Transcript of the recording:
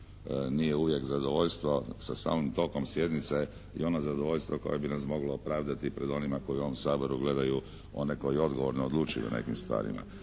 nije uvijek zadovoljstvo sa samim tokom sjednice i ono zadovoljstvo koje bi nas moglo opravdati pred onima koji u ovom Saboru gledaju one koji odgovorno odlučuju o nekim stvarima.